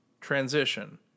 transition